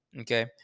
Okay